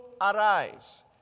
arise